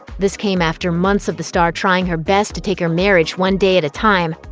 this came after months of the star trying her best to take her marriage one day at a time.